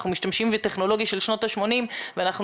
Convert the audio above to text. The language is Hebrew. אנחנו משתמשים בטכנולוגיה של שנות ה-80 ואנחנו